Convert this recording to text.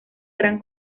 gran